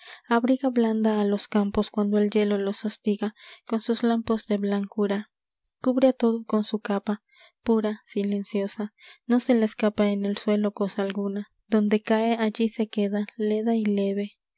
abriga blanda a los campos cuando el hielo los hostiga con sus lampos de blancura cubre a todo con su capa pura silenciosa no se le escapa en el suelo cosa alguna donde cae allí se queda leda y leve